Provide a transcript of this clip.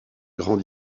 grande